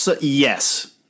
Yes